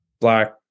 black